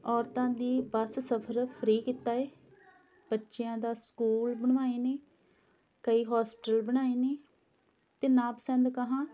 ਔਰਤਾਂ ਦੀ ਬੱਸ ਸਫ਼ਰ ਫਰੀ ਕੀਤਾ ਹੈ ਬੱਚਿਆਂ ਦਾ ਸਕੂਲ ਬਣਵਾਏ ਨੇ ਕਈ ਹੋਸਪੀਟਲ ਬਣਾਏ ਨੇ ਅਤੇ ਨਾਪਸੰਦ ਕਹਾਂ